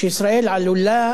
שישראל עלולה